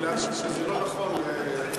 בגלל שזה לא נכון,